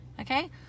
okay